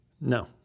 No